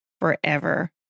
forever